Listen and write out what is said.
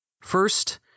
First